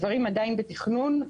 הדברים עדיין בתכנון,